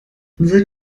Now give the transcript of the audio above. seit